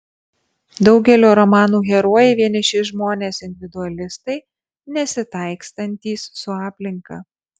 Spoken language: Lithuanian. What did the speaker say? daugelio romanų herojai vieniši žmonės individualistai nesitaikstantys su aplinka